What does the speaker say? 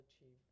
achieve